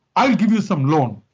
i'll give you some loan.